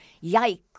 yike